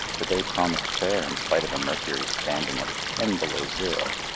the day promised fair in spite of a mercury standing at ten below zero,